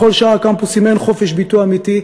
בכל שאר הקמפוסים אין חופש ביטוי אמיתי,